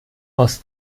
aus